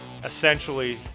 Essentially